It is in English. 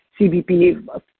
CBP